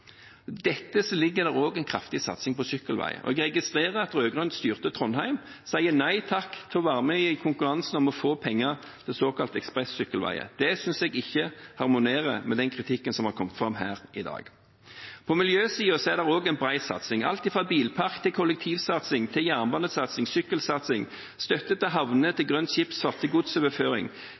dette ligger det også en kraftig satsing på sykkelveier. Jeg registrerer at rød-grønt-styrte Trondheim sier nei takk til å være med i konkurransen om å få penger til såkalte ekspressykkelveier. Det synes jeg ikke harmonerer med den kritikken som har kommet fram her i dag. På miljøsiden er det også en bred satsing. Alt fra bilpark til kollektivsatsing til jernbanesatsing, sykkelsatsing, støtte til havnene, til grønn skipsfart, til godsoverføring,